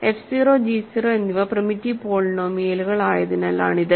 F 0 G 0 എന്നിവ primitive പോളിനോമിയലുകളായതിനാലാണിത്